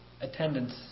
attendance